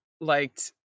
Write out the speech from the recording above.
liked